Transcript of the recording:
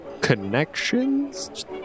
connections